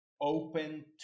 open